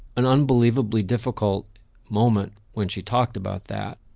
an unbelievably difficult moment. when she talked about that,